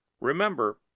Remember